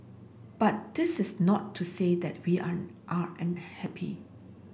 but this is not to say that we are are unhappy